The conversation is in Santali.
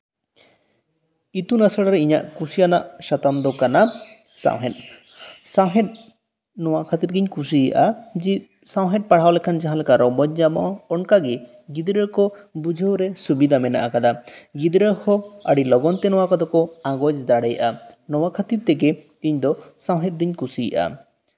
ᱤᱛᱩᱱ ᱟᱥᱲᱟ ᱨᱮ ᱤᱧᱟᱹᱜ ᱠᱩᱥᱤᱭᱟᱱᱟᱜ ᱥᱟᱛᱟᱢ ᱫᱚ ᱠᱟᱱᱟ ᱥᱟᱶᱦᱮᱫ ᱥᱟᱶᱦᱮᱫ ᱱᱚᱶᱟ ᱠᱷᱟᱹᱛᱤᱨ ᱜᱤᱧ ᱠᱩᱥᱤᱭᱟᱜᱼᱟ ᱡᱮ ᱥᱟᱶᱦᱮᱫ ᱯᱟᱲᱦᱟᱣ ᱞᱮᱠᱷᱟᱱ ᱡᱟᱦᱟᱸ ᱞᱮᱠᱟᱱ ᱨᱚᱢᱚᱡ ᱧᱟᱢᱚᱜᱼᱟ ᱚᱱᱠᱟᱜᱮ ᱜᱤᱫᱽᱨᱟᱹ ᱠᱚ ᱵᱩᱡᱷᱟᱹᱣ ᱨᱮ ᱥᱩᱵᱤᱫᱟ ᱢᱮᱱᱟᱜ ᱟᱠᱟᱫᱟ ᱜᱤᱫᱽᱨᱟᱹ ᱦᱚᱸ ᱟᱹᱰᱤ ᱞᱚᱜᱚᱱ ᱛᱮᱜᱮ ᱱᱚᱶᱟ ᱠᱚᱫᱚ ᱠᱚ ᱟᱸᱜᱚᱡ ᱫᱟᱲᱮᱭᱟᱜᱼᱟ ᱱᱚᱶᱟ ᱠᱷᱟᱹᱛᱤᱨ ᱛᱮᱜᱮ ᱤᱧ ᱫᱚ ᱥᱟᱶᱦᱮᱫ ᱫᱩᱧ ᱠᱩᱥᱤᱭᱟᱜᱼᱟ